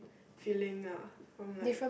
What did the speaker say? feeling lah from like